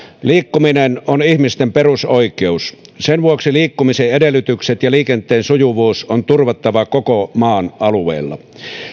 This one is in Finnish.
liikkuminen on ihmisten perusoikeus sen vuoksi liikkumisen edellytykset ja liikenteen sujuvuus on turvattava koko maan alueella